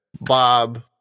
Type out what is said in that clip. Bob